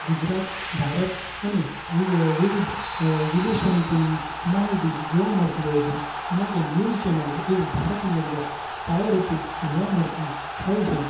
ગુજરાત ભારત અને વિવિધ વિદેશોની પણ માહિતી જોવા મળતી હોય છે માટે ન્યૂજ ચેનલો એ ભારતની અંદર પાયારૂપી જોવા મળતી હોય છે